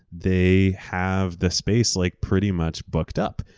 they have the space like pretty much booked up.